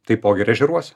taipogi ir ežeruos